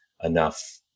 enough